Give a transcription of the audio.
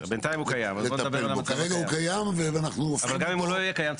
בינתיים הוא קיים, אז בוא נדבר על המצב הקיים.